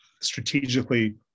strategically